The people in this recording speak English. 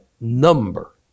number